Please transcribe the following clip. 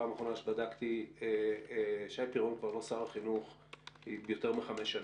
פעם אחרונה שבדקתי שי פירון כבר לא שר החינוך יותר מחמש שנים.